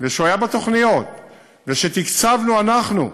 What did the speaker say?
שהיה בתוכניות ושתקצבנו אנחנו,